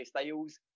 Styles